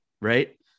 right